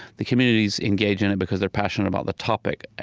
the community's engaged in it because they're passionate about the topic.